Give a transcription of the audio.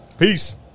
Peace